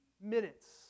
minutes